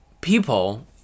people